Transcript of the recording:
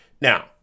Now